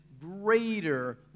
greater